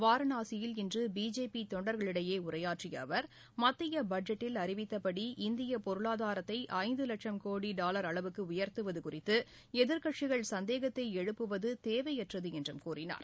வாரணாசியில் இன்றுபிஜேபிதொண்டர்களிடையேஉரையாற்றியஅவர் மத்தியபட்ஜெட்டீல் அறிவித்தபடி இந்தியப் பொருளாதாரத்தைஐந்துலட்சம் கோடாவர் அளவுக்குஉயர்த்துவதுகுறித்துஎதிர்க்கட்சிகள் சந்தேகத்தைஎழுப்புவதுதேவையற்றதுஎன்றும் கூறினார்